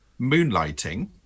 moonlighting